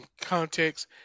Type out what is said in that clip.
context